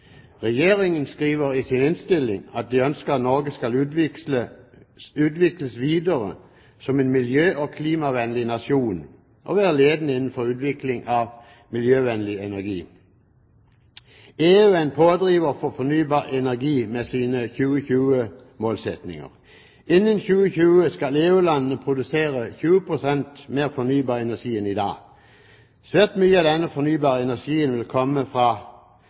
Regjeringen skriver i proposisjonen at den ønsker at Norge skal utvikles videre som en miljø- og klimavennlig nasjon og være ledende innenfor utviklingen av miljøvennlig energi. EU er en pådriver for fornybar energi med sine 2020-målsettinger. Innen 2020 skal EU-landene produsere 20 pst. mer fornybar energi enn i dag. Svært mye av denne fornybare energien vil komme fra